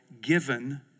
given